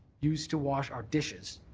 used to wash our dishes,